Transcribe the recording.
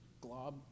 glob